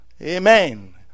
amen